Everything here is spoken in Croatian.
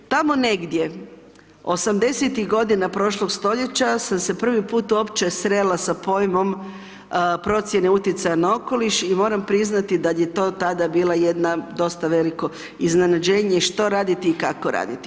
Tamo negdje, '80-tih godina prošlog stoljeća, sam se prvi put uopće srela sa pojmom procjene utjecaja na okoliš i moram priznati da je to tada bilo jedna, dosta veliko iznenađenje što raditi i kako raditi.